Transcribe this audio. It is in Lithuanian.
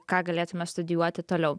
ką galėtumėm studijuoti toliau